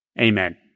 Amen